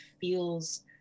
feels